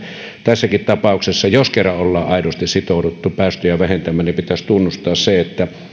tässäkin tapauksessa jos kerran ollaan aidosti sitouduttu päästöjä vähentämään pitäisi tunnustaa se että